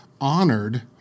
honored